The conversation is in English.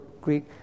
Greek